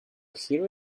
hear